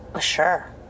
sure